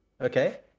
okay